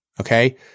Okay